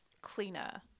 cleaner